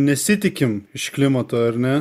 nesitikim iš klimato ar ne